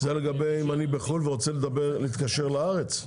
זה אם אני בחוץ לארץ ורוצה להתקשר לארץ?